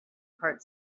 part